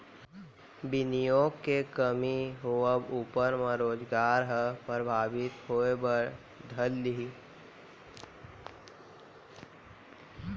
बिनियोग के कमी होवब ऊपर म रोजगार ह परभाबित होय बर धर लिही